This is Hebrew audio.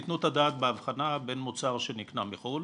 תתנו את הדעת בהבחנה בין מוצר שנקנה מחו"ל